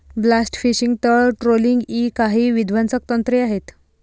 blast fishing, तळ trolling इ काही विध्वंसक तंत्रे आहेत